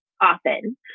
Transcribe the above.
often